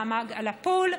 לפול,